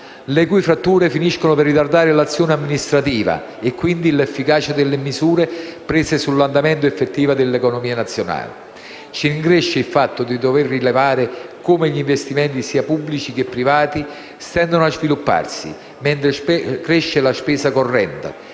le cui fratture finiscono per ritardare l'azione amministrativa e quindi l'efficacia delle misure prese sull'andamento effettivo dell'economia nazionale. Ci rincresce il fatto di dover rilevare come gli investimenti, sia pubblici che privati, stentino a svilupparsi, mentre cresce la spesa corrente